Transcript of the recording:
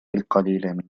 القليل